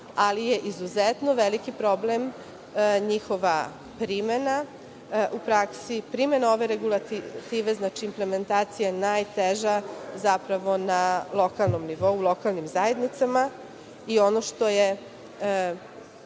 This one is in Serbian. ali je izuzetno veliki problem njihova primena u praksi, primena ove regulative, znači, implementacija najteža na lokalnom nivou, u lokalnim zajednicama. . Takva je